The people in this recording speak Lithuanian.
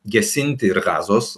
gesinti ir gazos